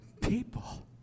people